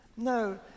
No